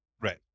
Right